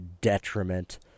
detriment